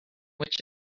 which